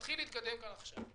שמתחיל להתקדם כאן עכשיו,